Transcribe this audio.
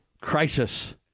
crisis